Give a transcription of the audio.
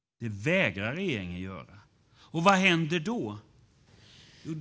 Detta vägrar regeringen göra. Vad händer då?